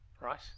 Right